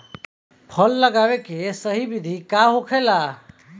फल लगावे के सही विधि का होखेला?